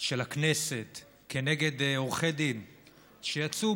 של הכנסת כנגד עורכי דין שיצאו,